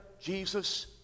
jesus